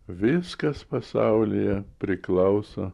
viskas pasaulyje priklauso